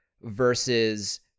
versus